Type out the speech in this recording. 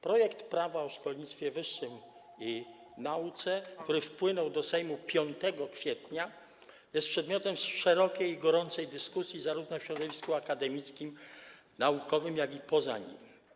Projekt Prawa o szkolnictwie wyższym i nauce, który wpłynął do Sejmu 5 kwietnia, jest przedmiotem szerokiej i gorącej dyskusji zarówno w środowisku akademickim, naukowym, jak i poza nim.